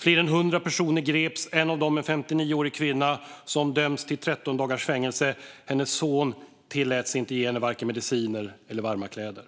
Fler än 100 personer greps, en av dem en 59-årig kvinna som dömdes till 13 dagars fängelse. Hennes son tilläts inte ge henne vare sig mediciner eller varma kläder.